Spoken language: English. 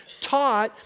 taught